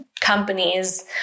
companies